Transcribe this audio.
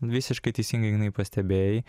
visiškai teisingai ignai pastebėjai